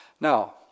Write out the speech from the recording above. Now